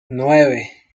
nueve